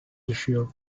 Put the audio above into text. düşüyor